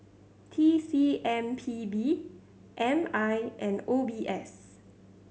T C M P B M I and O B S